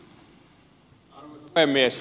arvoisa puhemies